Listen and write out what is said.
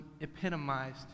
epitomized